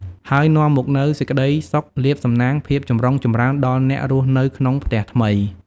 ហើយនាំមកនូវសេចក្តីសុខ លាភសំណាង ភាពចម្រុងចម្រើនដល់អ្នករស់នៅក្នុងផ្ទះថ្មី។